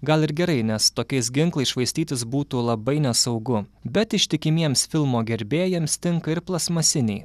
gal ir gerai nes tokiais ginklais švaistytis būtų labai nesaugu bet ištikimiems filmo gerbėjams tinka ir plastmasiniai